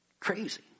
Crazy